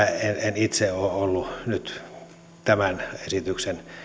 en itse ole ollut tämän esityksen